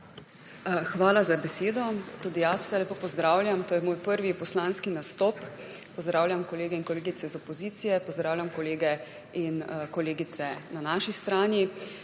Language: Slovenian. Hvala za besedo. Tudi jaz vse lepo pozdravljam! To je moj prvi poslanski nastop. Pozdravljam kolegice in kolege iz opozicije, pozdravljam kolegice in kolege na naši strani!